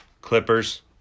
Clippers